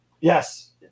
Yes